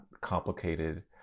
complicated